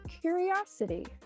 curiosity